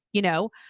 you know,